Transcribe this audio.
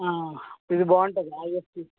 ఇది బాగుంటుంది హాయిగా తీస్